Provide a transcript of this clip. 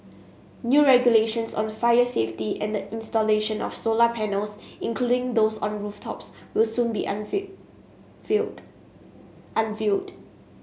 new regulations on fire safety and the installation of solar panels including those on rooftops will soon be unveiled